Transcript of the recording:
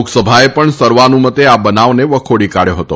લોકસભાએ પણ સર્વાનુમતે આ બનાવને વખોડી કાઢથો હતો